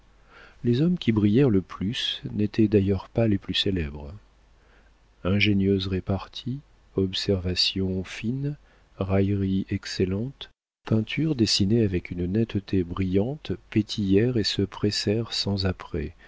les hommes qui brillèrent le plus n'étaient d'ailleurs pas les plus célèbres ingénieuses reparties observations fines railleries excellentes peintures dessinées avec une netteté brillante pétillèrent et se pressèrent sans apprêt